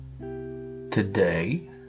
today